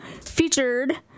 featured